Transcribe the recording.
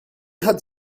had